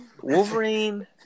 Wolverine